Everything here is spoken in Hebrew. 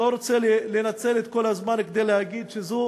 אני לא רוצה לנצל את כל הזמן כדי להגיד שזו